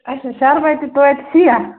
اَچھا شَربَتہِ توتہِ سِیاہ